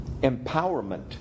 empowerment